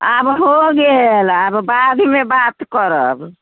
आब हो गेल आब बादमे बात करब